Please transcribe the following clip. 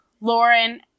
Lauren